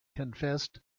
confessed